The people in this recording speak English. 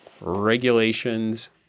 Regulations